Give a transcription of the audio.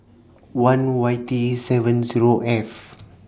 one Y T seven Zero F